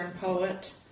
poet